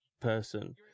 person